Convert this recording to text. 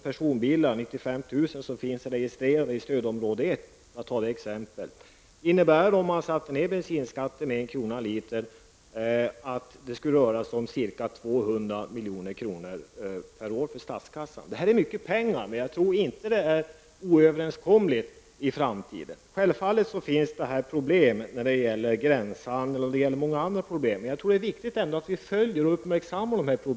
personbilar som är registrerade i stödområde 1 vid en nedsättning av bensinskatten med 1 kr. per liter konkret innebär att ca 200 milj.kr. per år för statskassan. Det är mycket pengar, men jag tror inte att det skulle vara oöverkomligt i framtiden. Självfallet är det många problem förenade med detta, t.ex. i samband med gränshandeln, men jag tror att det är viktigt att vi följer och uppmärksammar dessa frågor.